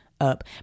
up